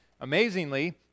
amazingly